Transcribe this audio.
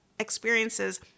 experiences